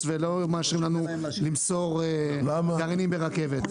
ולא מרשים לנו למסור גרעינים ברכבת.